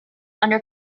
under